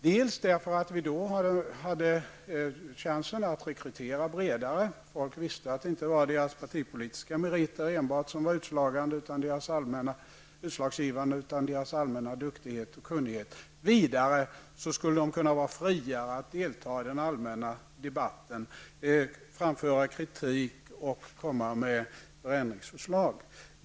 Dels har vi då chansen att rekrytera bredare -- folk visste att det inte var deras partipolitiska meriter enbart som var utslagsgivande, utan deras allmänna duglighet och kunnighet. Vidare skulle de vara friare att kunna delta i den allmänna debatten, framföra kritik och komma med förändringsförslag.